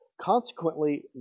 consequently